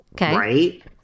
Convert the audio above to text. right